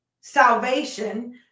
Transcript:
salvation